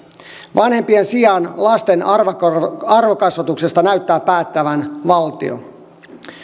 vanhempien sijaan lasten arvokasvatuksesta näyttää päättävän valtio